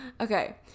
okay